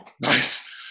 Nice